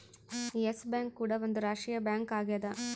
S Bank ಕೂಡ ಒಂದ್ ರಾಷ್ಟ್ರೀಯ ಬ್ಯಾಂಕ್ ಆಗ್ಯದ